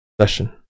session